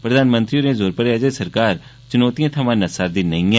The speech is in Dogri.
प्रधानमंत्री होरें आखेआ जे सरकार चुनौतियें थमां नस्सा'रदी नेई ऐ